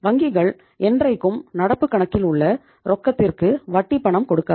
வங்கிகள் என்றைக்கும் நடப்பு கணக்கில் உள்ள ரொக்கத்திற்கு வட்டி பணம் கொடுக்காது